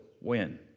win